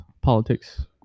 politics